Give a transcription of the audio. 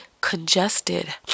congested